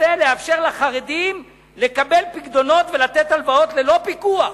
רוצה לאפשר לחרדים לקבל פיקדונות ולתת הלוואות ללא פיקוח.